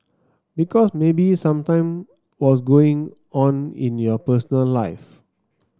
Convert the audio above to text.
because maybe something was going on in your personal life